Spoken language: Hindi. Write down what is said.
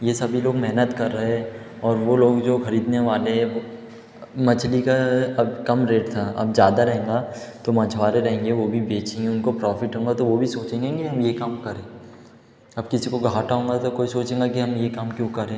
ये सभी लोग मेहनत कर रहे हैं और वो लोग जो ख़रीदने वाले है वो मछली का अब कम रेट था अब ज़्यादा रहेगा तो मछुआरे रहेंगे वो भी बेचेंगे उनको प्रॉफिट होगा तो वो भी सोचेंगे कि हम ये काम करें अब किसी को हटाऊँगा तो कोई सोचेगा कि हम ये काम क्यों करें